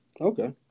Okay